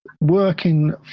working